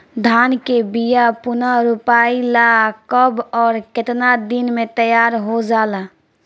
धान के बिया पुनः रोपाई ला कब और केतना दिन में तैयार होजाला?